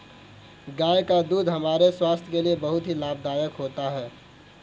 गाय का दूध हमारे स्वास्थ्य के लिए बहुत ही लाभदायक होता है